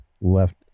left